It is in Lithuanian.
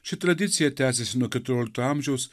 ši tradicija tęsiasi nuo keturiolikto amžiaus